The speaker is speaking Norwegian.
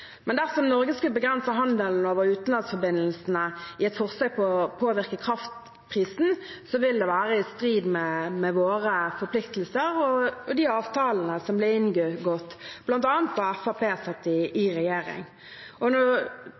Men dersom Norge skulle begrense handelen når det gjelder utenlandsforbindelsene i et forsøk på å påvirke kraftprisen, ville det være i strid med våre forpliktelser og de avtalene som ble inngått bl.a. da Fremskrittspartiet satt i regjering. Englandskabelen blir nevnt, og